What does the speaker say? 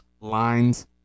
lines